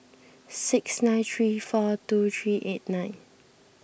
six nine three four two three eight nine